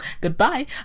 goodbye